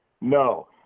No